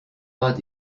pas